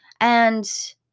And-